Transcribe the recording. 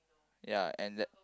ya and there